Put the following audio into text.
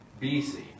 BC